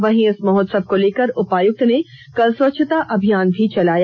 वहीं इस महोत्सव को लेकर उपायुक्त ने कल स्वच्छता अभियान भी चलाया